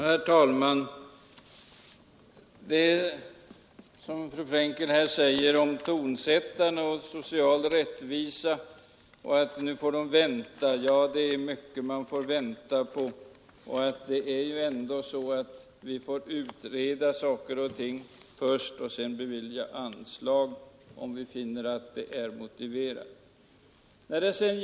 Herr talman! Fru Frenkel talar om social rättvisa åt tonsättarna och säger att de nu måste vänta på en ny utredning. Ja, det är mycket man får vänta på. Vi måste utreda saker och ting först, och därefter beviljar vi anslag om vi anser det motiverat.